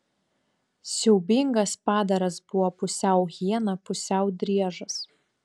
siaubingas padaras buvo pusiau hiena pusiau driežas